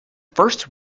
first